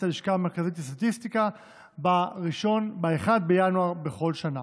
הלשכה המרכזית לסטטיסטיקה ב-1 בינואר בכל שנה.